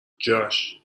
جاش